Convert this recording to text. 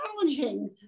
challenging